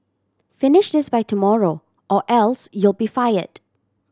finish this by tomorrow or else you'll be fired